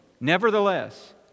Nevertheless